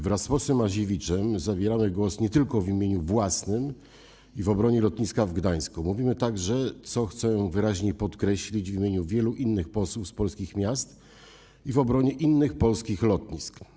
Wraz z posłem Aziewiczem zabieramy głos nie tylko w imieniu własnym i w obronie lotniska w Gdańsku, mówimy także, co chcę wyraźnie podkreślić, w imieniu wielu innych posłów z polskich miast i w obronie innych polskich lotnisk.